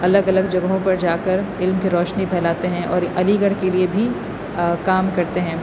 الگ الگ جگہوں پر جا کر علم کی روشنی پھیلاتے ہیں اور علی گڑھ کے لیے بھی کام کرتے ہیں